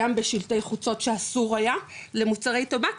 גם בשלטי חוצות שאסור היה למוצרי טבק,